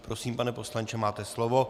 Prosím, pane poslanče, máte slovo.